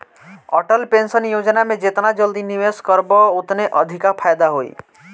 Atal pension योजना में जेतना जल्दी निवेश करबअ ओतने अधिका फायदा होई